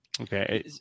Okay